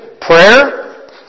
Prayer